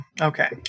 Okay